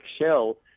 Shell